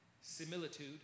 similitude